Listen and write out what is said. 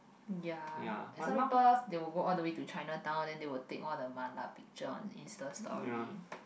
ya some people they will go all the way to Chinatown then they will take all the mala picture on Instastory